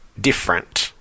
different